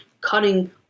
cutting